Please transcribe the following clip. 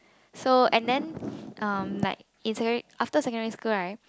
so and then um like in secondary after secondary school right